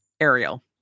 Ariel